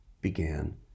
began